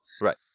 Right